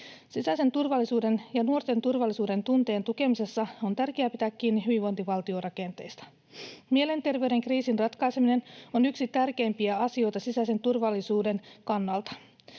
Sisäisen turvallisuuden ja nuorten turvallisuudentunteen tukemisessa on tärkeää pitää kiinni hyvinvointivaltiorakenteista. Mielenterveyden kriisin ratkaiseminen on yksi tärkeimpiä asioita sisäisen turvallisuuden kannalta.